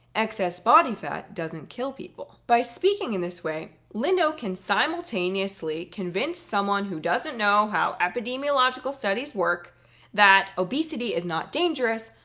excess body fat doesn't kill people. by speaking in this way, lindo can simultaneously convince someone who doesn't know how epidemiological studies work that obesity is not dangerous,